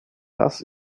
das